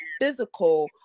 physical